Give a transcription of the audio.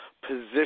position